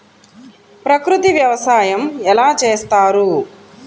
ప్రకృతి వ్యవసాయం ఎలా చేస్తారు?